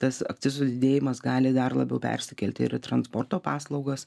tas akcizų didėjimas gali dar labiau persikelti ir į transporto paslaugas